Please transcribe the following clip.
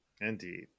indeed